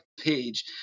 page